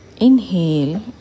inhale